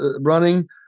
running